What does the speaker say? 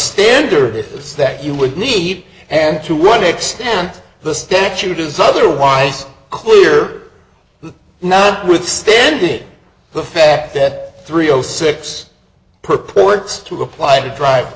standard if it's that you would need and to what extent the statute is otherwise clear now with standing the fact that three o six purports to apply to drive